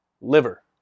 liver